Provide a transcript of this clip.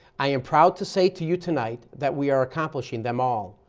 i am proud to say to you tonight that we are accomplishing them all.